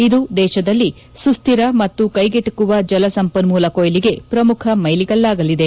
ಇದು ದೇಶದಲ್ಲಿ ಸುಸ್ಲಿರ ಮತ್ತು ಕೈಗೆಟುಕುವ ಜಲ ಸಂಪನ್ಮೂಲ ಕೊಯ್ಲಿಗೆ ಪ್ರಮುಖ ಮೈಲುಗಲ್ಲಾಗಲಿದೆ